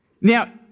Now